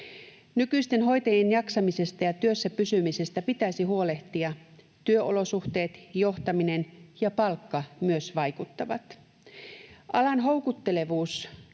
Nykyisten hoitajien jaksamisesta ja työssä pysymisestä pitäisi huolehtia. Työolosuhteet, johtaminen ja palkka myös vaikuttavat alan houkuttelevuuteen.